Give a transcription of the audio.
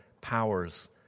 powers